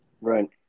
Right